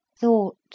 thought